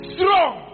Strong